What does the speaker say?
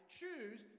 choose